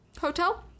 Hotel